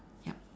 yup